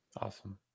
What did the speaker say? awesome